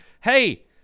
hey